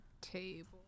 table